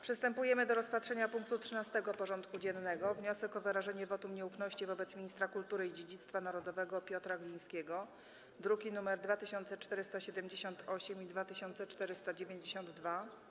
Przystępujemy do rozpatrzenia punktu 13. porządku dziennego: Wniosek o wyrażenie wotum nieufności wobec ministra kultury i dziedzictwa narodowego Piotra Glińskiego (druki nr 2478 i 2492)